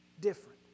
different